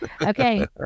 Okay